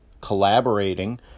collaborating